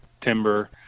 timber